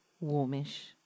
warmish